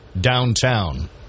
downtown